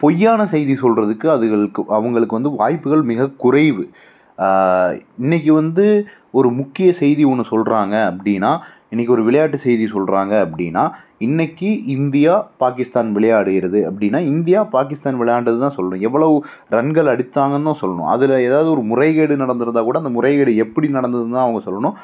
பொய்யான செய்தி சொல்கிறதுக்கு அதுகளுக்கு அவங்களுக்கு வந்து வாய்ப்புகள் மிகக் குறைவு இன்றைக்கி வந்து ஒரு முக்கிய செய்தி ஒன்று சொல்கிறாங்க அப்படின்னா இன்றைக்கி ஒரு விளையாட்டுச் செய்தி சொல்கிறாங்க அப்படின்னா இன்றைக்கி இந்தியா பாகிஸ்தான் விளையாடுகிறது அப்படின்னா இந்தியா பாகிஸ்தான் விளையாண்டது தான் சொல்கிறீங்க எவ்வளவு ரன்கள் அடிச்சாங்கனு தான் சொல்லணும் அதில் ஏதாவது ஒரு முறைகேடு நடந்திருந்தால் கூட அந்த முறைகேடு எப்படி நடந்தது தான் அவங்க சொல்லணும்